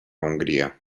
hongria